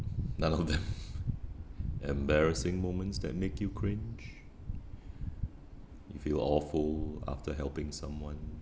none of them embarrassing moments that make you cringe you feel awful after helping someone